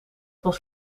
was